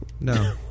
No